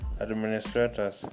administrators